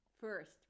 First